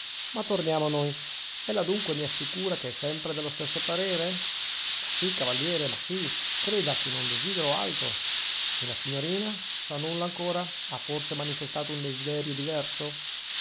ma torniamo a noi ella dunque mi assicura che è sempre dello stesso parere ma sì cavaliere ma sì creda che non desidero altro e la signorina sa nulla ancora ha forse manifestato un desiderio diverso